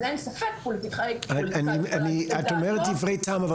אז אין ספק לגבי -- את אומרת דברי טעם,